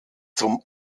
zum